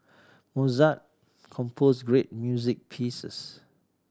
Mozart composed great music pieces